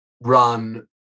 run